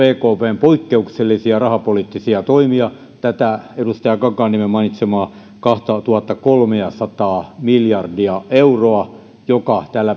ekpn poikkeuksellisia rahapoliittisia toimia tätä edustaja kankaanniemen mainitsemaa kahtatuhattakolmeasataa miljardia euroa joka tällä